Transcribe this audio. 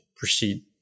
proceed